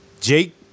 Jake